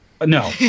No